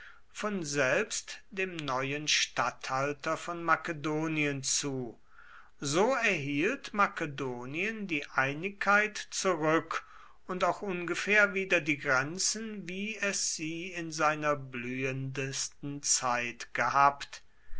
von selbst dem neuen statthalter von makedonien zu so erhielt makedonien die einigkeit zurück und auch ungefähr wieder die grenzen wie es sie in seiner blühendsten zeit gehabt